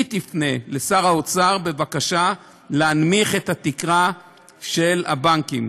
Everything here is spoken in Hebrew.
היא תפנה לשר האוצר בבקשה להנמיך את התקרה של הבנקים,